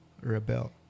rebel